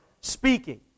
speaking